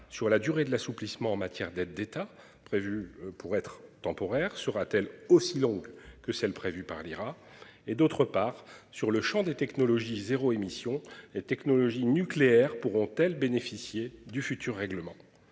sur la durée de l'assouplissement en matière d'aides d'État prévu pour être temporaire sera-t-elle aussi longue que celle prévue par l'IRA et d'autre part, sur le Champ des technologies zéro émission et technologies nucléaires pourront-elles bénéficier du futur règlement